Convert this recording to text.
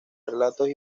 relatos